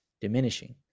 diminishing